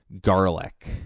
garlic